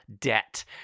debt